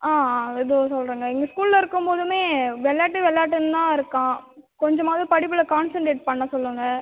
ஆ இதோ சொல்கிறேங்க இங்கே ஸ்கூலில் இருக்கும்போதுமே விளாட்டு விளாட்டுன்னு தான் இருக்கான் கொஞ்சமாவது படிப்பில் கான்சன்ட்ரேட் பண்ண சொல்லுங்கள்